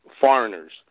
foreigners